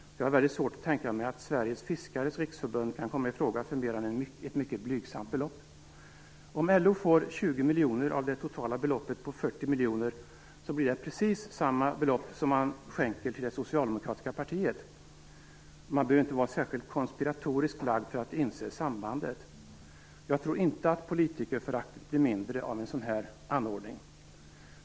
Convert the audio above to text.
Jag har väldigt svårt att tänka mig att Sveriges fiskares riksförbund kan komma i fråga för mer än ett mycket blygsamt belopp. Om LO får 20 miljoner av det totala beloppet på 40 miljoner blir det precis samma belopp som man skänker det socialdemokratiska partiet. Man behöver inte vara särskilt konspiratoriskt lagd för att inse sambandet. Jag tror inte att politikerföraktet blir mindre av en sådan anordning.